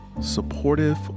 supportive